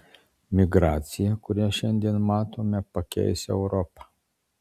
migracija kurią šiandien matome pakeis europą